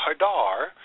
Hadar